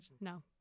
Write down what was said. no